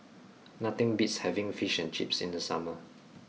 nothing beats having Fish and Chips in the summer